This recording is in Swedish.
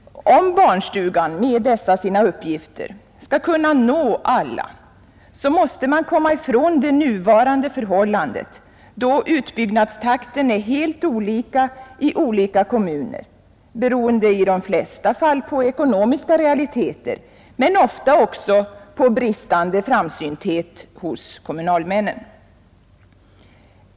Om barnstugan med dessa sina uppgifter skall kunna nå alla, måste man komma ifrån det nuvarande förhållandet att utbyggnadstakten är helt olika i olika kommuner, beroende i de flesta fall på ekonomiska realiteter men ofta också på bristande framsynthet hos kommunalmännen.